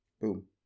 Boom